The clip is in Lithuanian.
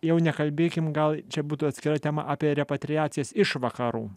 jau nekalbėkim gal čia būtų atskira tema apie repatriacijas iš vakarų